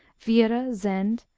vira, zend,